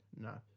no